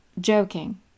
joking